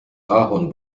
ahorn